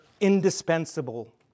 indispensable